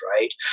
right